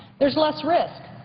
there's less risk.